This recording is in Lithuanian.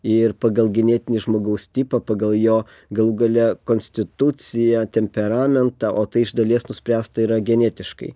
ir pagal genetinį žmogaus tipą pagal jo galų gale konstituciją temperamentą o tai iš dalies nuspręsta yra genetiškai